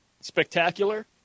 spectacular